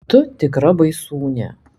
tu tikra baisūnė